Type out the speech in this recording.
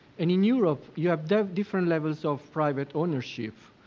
and in europe you have to have different levels of private ownership,